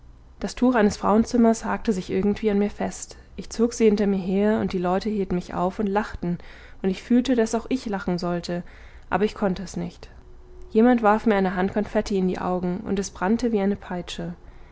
das tuch eines frauenzimmers hakte sich irgendwie an mir fest ich zog sie hinter mir her und die leute hielten mich auf und lachten und ich fühlte daß ich auch lachen sollte aber ich konnte es nicht jemand warf mir eine hand confetti in die augen und es brannte wie eine peitsche